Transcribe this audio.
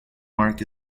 mark